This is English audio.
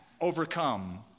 overcome